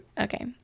okay